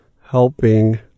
helping